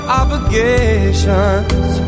obligations